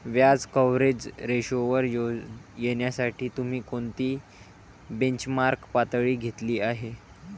व्याज कव्हरेज रेशोवर येण्यासाठी तुम्ही कोणती बेंचमार्क पातळी घेतली आहे?